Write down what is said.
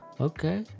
Okay